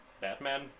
Batman